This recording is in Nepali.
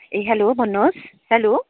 ए हेलो भन्नुहोस् हेलो